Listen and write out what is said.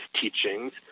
teachings